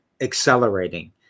accelerating